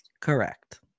Correct